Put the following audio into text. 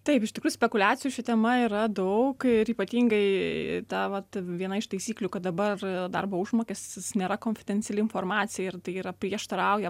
taip iš tikrųjų spekuliacijų šia tema yra daug ir ypatingai ta vat viena iš taisyklių kad dabar darbo užmokestis jis nėra konfidenciali informacija ir tai yra prieštarauja